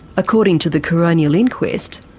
according to the coronial inquest,